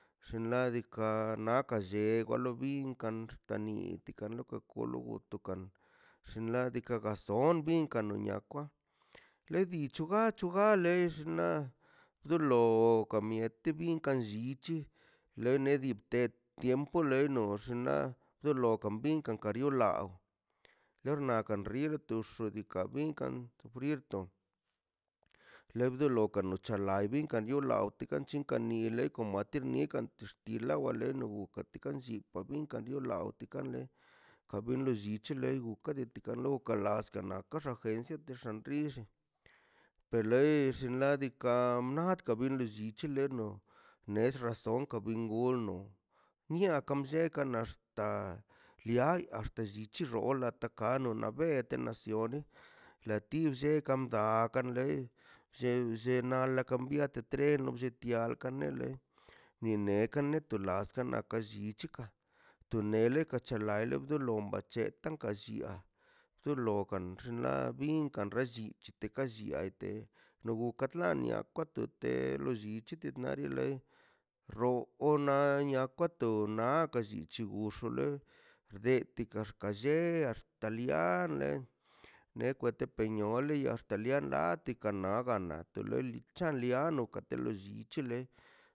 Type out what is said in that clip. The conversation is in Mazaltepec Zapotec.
Xinlakila xibena lobi tani tika loko kulo dotokan xinladika gason ter mi mala novia wa tu leidi le nan xnaꞌ diika' kanc̱hu mane deka bi len lei una vez ke le teka a wen belez wen bia ne weia no tella to wei to kampermiso te lo nllute le lete topna kan le wa du kan xnaꞌ diikaꞌ kaxarse lowa du kan xnaꞌ diika' bi ḻa mbat novio lo wa du x̱allche du lanche lo wa dun xa lle lo wan du kadelero lo wan du tu ba bela netu wa du xalle wa le oka xan llis ti li ni loa ti ni banez skantermiso lati nus lo top to dei desues valerx rrunkan entre archulema tekan lor nikan wolo gan rnikan rnal onlei unkan aceptarch benilo ben tu ka welta lo ba wi lo ba bin kan du welta du ka chi ka chillieꞌ kan won tu lliki gankaxka lle axka lianle ne kwete peñon wolie axta lia latikan nagan nato lolia chanliano kato lo llichi lie